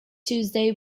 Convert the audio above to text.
tuesday